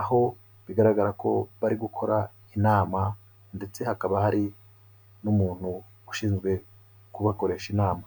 aho bigaragara ko bari gukora inama, ndetse hakaba hari n'umuntu ushinzwe kubakoresha inama.